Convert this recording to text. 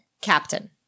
Captain